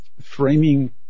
framing